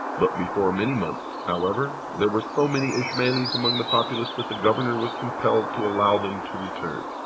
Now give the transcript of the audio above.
but before many months, however, there were so many ismailis among the populace that the governor was compelled to allow them to return.